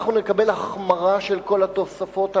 אנחנו נקבל החמרה של כל התוספות הללו,